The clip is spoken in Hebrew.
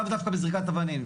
לאו דווקא בזריקת אבנים.